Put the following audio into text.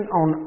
on